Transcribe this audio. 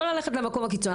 לא ללכת למקום הקיצון,